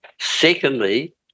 Secondly